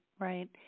Right